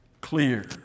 clear